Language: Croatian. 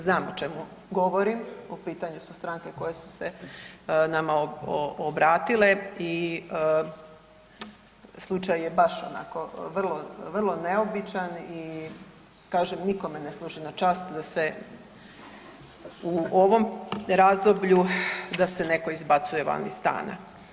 Ja naravno znam o čemu govorim, u pitanju su stranke koje su se nama obratile i slučaj je baš onako, vrlo neobičan i kažem, nikome ne služi na čast da se u ovom razdoblju, da se netko izbacuje van iz stana.